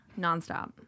Nonstop